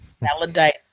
validate